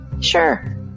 Sure